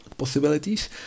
Possibilities